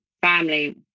family